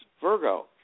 Virgo